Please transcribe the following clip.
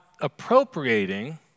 appropriating